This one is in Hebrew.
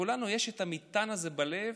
לכולנו יש את המטען הזה בלב,